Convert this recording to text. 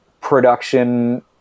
production